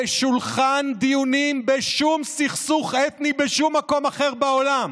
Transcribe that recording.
בשולחן דיונים בשום סכסוך אתני בשום מקום אחר בעולם,